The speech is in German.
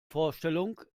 vorstellung